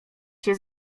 się